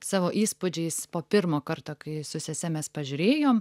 savo įspūdžiais po pirmo karto kai su sese mes pažiūrėjom